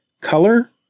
color